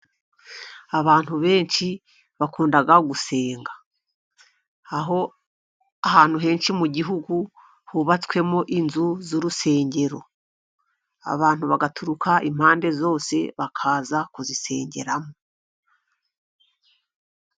Abantu benshi bakunda gusenga, aho ahantu henshi mu gihugu hubatswemo inzu z'urusengero, abantu bagaturuka impande zose bakaza kuzisengeramo.